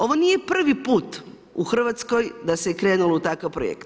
Ovo nije prvi put u Hrvatskoj da se krenulo u takav projekt.